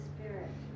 Spirit